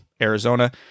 Arizona